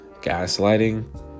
Gaslighting